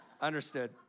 Understood